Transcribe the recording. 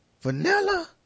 Vanilla